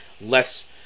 less